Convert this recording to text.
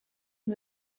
who